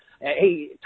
hey